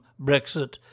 Brexit